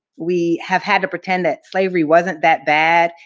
we have had to pretend that slavery wasn't that bad.